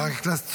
חבר הכנסת סובה.